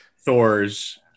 Thor's